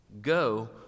Go